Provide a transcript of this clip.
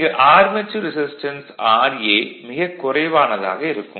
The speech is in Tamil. இங்கு ஆர்மெச்சூர் ரெசிஸ்டன்ஸ் ra மிகக் குறைவானதாக இருக்கும்